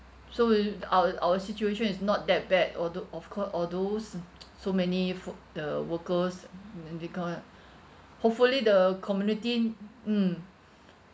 so uh our our situation is not that bad although of course although so many for~ the workers in the end we count lah hopefully the community mm